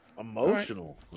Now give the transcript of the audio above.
Emotional